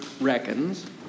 reckons